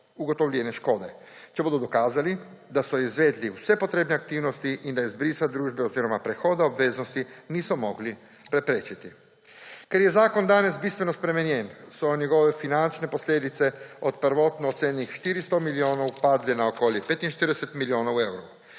ugotovljene škode, če bodo dokazali, da so izvedli vse potrebne aktivnosti in da izbrisa družbe oziroma prehoda obveznosti niso mogli preprečiti. Ker je zakon danes bistveno spremenjen, so njegove finančne posledice od prvotno ocenjenih 400 milijonov padle na okoli 45 milijonov evrov,